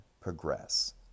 progress